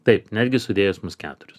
taip netgi sudėjus mus keturis